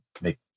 make